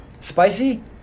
Spicy